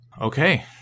Okay